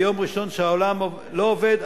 ביום ראשון כשהעולם לא עובד,